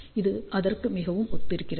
இது அதற்கு மிகவும் ஒத்திருக்கிறது